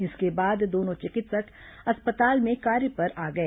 इसके बाद दोनों चिकित्सक अस्पताल में कार्य पर आ गए